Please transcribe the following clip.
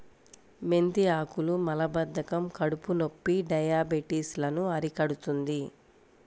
మెంతి ఆకులు మలబద్ధకం, కడుపునొప్పి, డయాబెటిస్ లను అరికడుతుంది